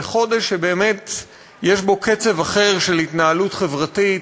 זה חודש שבאמת יש בו קצב אחר של התנהלות חברתית,